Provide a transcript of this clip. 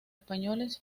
españoles